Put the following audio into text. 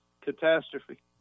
catastrophe